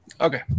Okay